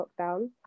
lockdown